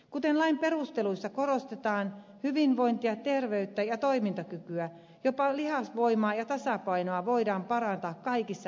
kuten lain perusteluissa korostetaan hyvinvointia terveyttä ja toimintakykyä jopa lihasvoimaa ja tasapainoa voidaan parantaa kaikissa elämänvaiheissa